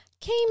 came